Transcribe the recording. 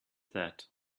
that